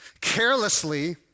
carelessly